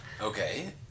Okay